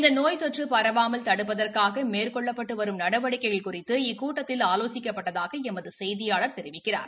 இந்தநோய் தொற்றுபரவாமல் தடுப்பதற்காகமேற்கொள்ளப்பட்டுவரும் நடவடிக்கைகள் குறித்த இக்கூட்டத்தில் ஆலோசிக்கப்பட்டதாகஎமதுசெய்தியாளர் தெரிவிக்கிறார்